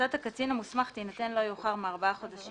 "המלצת הקצין המוסמך תינתן לא יאוחר מארבעה חודשים